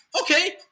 Okay